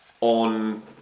on